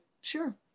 Sure